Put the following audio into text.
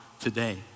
today